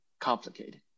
complicated